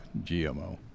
GMO